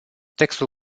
textul